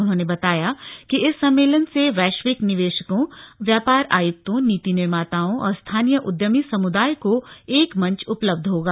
उन्होंने बताया कि इस सम्मेलन से वैश्विक निवेशकों व्यापार आयुक्तों नीति निर्माताओं और स्थानीय उद्यमी समुदाय को एक मंच उपलब्ध होगा